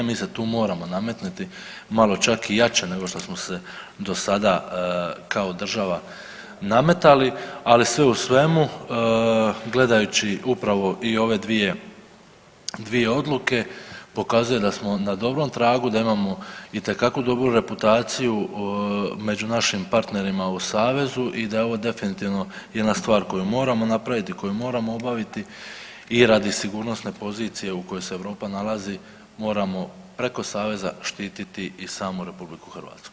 Mi se tu moramo nametnuti malo čak i jače nego što smo se do sada kao država nametali, ali sve u svemu gledajući upravo i ove dvije odluke pokazuje da smo na dobrom tragu, da imamo itekakvu dobru reputaciju među našim partnerima u savezu i da je ovo definitivno jedna stvar moramo napraviti i koju moramo obaviti i radi sigurnosne pozicije u kojoj se Europa nalazi moramo preko saveza štititi i samu RH.